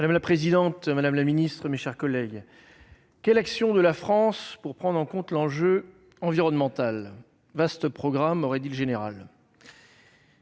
Madame la présidente, madame la secrétaire d'État, mes chers collègues, « quelle action de la France pour prendre en compte l'enjeu environnemental ?» Vaste programme, aurait dit le Général